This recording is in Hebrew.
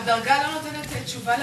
הנני מתכבדת להודיעכם,